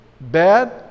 bad